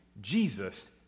jesus